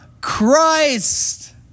Christ